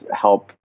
help